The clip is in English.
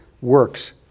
works